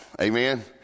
Amen